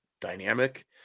dynamic